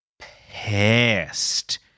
pissed